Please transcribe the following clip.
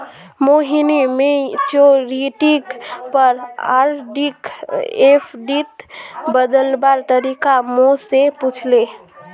मोहिनी मैच्योरिटीर पर आरडीक एफ़डीत बदलवार तरीका मो से पूछले